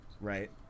Right